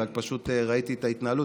רק פשוט ראיתי את ההתנהלות,